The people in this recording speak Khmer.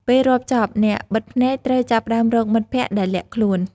ពេលរាប់ចប់ អ្នកបិទភ្នែកត្រូវចាប់ផ្តើមរកមិត្តភក្តិដែលលាក់ខ្លួន ។